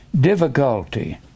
difficulty